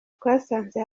twasanze